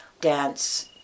dance